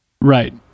Right